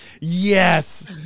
yes